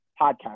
podcast